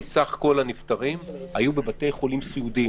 סך כל הנפטרים 750 היו בבתי חולים סיעודיים.